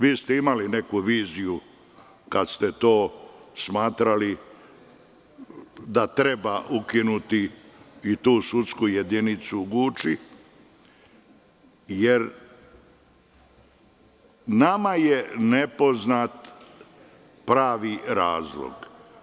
Verovatno ste imali neku viziju kada ste smatrali da treba ukinuti i tu sudsku jedinicu u Guči, jer nama je nepoznat pravi razlog.